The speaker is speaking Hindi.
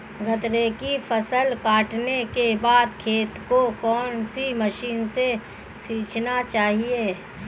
गन्ने की फसल काटने के बाद खेत को कौन सी मशीन से सींचना चाहिये?